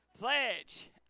Pledge